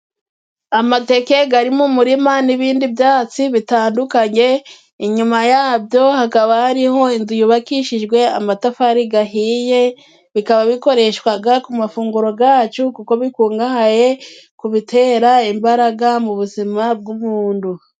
Amateke ari mu murima n'ibindi byatsi bitandukanye, inyuma yabyo hakaba hariho inzu yubakishijwe amatafari ahiye ,bikaba bikoreshwa ku mafunguro yacu kuko bikungahaye ku bitera imbaraga mu buzima bw'umuntu.